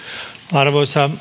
arvoisa